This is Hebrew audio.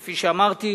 כפי שאמרתי,